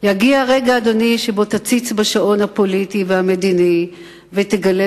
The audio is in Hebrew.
שבו תציץ בשעון הפוליטי והמדיני ותגלה